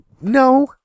No